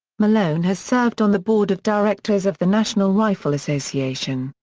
malone has served on the board of directors of the national rifle association,